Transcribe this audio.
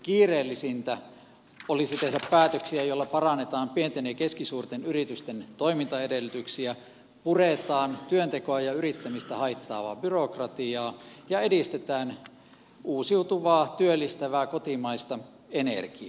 kiireellisintä olisi tehdä päätöksiä joilla parannetaan pienten ja keskisuurten yritysten toimintaedellytyksiä puretaan työntekoa ja yrittämistä haittaavaa byrokratiaa ja edistetään uusiutuvaa työllistävää kotimaista energiaa